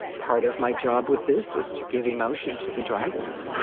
part of my job with this was to give emotion to the dragons